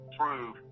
prove